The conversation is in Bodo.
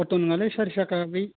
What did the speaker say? अथ' नङालै सारि साखा बै